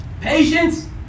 Patience